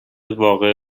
واقعه